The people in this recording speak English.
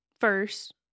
first